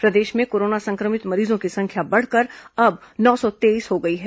प्रदेश में कोरोना संक्रमित मरीजों की संख्या बढ़कर अब नौ सौ तेईस हो गई है